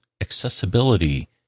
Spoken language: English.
Accessibility